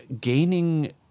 gaining